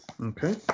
Okay